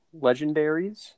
legendaries